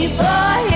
boy